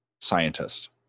scientist